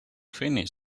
finished